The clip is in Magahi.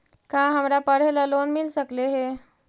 का हमरा पढ़े ल लोन मिल सकले हे?